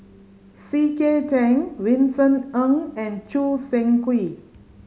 C K Tang Vincent Ng and Choo Seng Quee